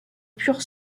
pur